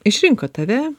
išrinko tave